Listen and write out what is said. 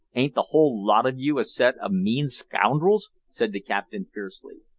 ain't the whole lot of you a set of mean scoundrels? said the captain fiercely.